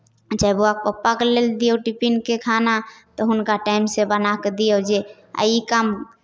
अच्छा बौआ पप्पाके लेल दिऔ टिफिनके खाना तऽ हुनका टाइमसँ बना कऽ दिऔ जे आ ई काम